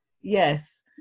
Yes